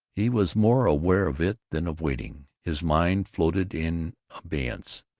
he was more aware of it than of waiting. his mind floated in abeyance,